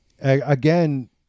again